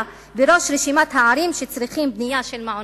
בראש רשימת הערים שצריכות בנייה של מעונות.